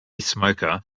smoker